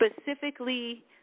specifically